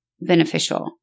beneficial